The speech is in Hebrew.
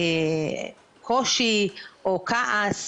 קושי או כעס,